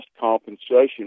compensation